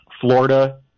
florida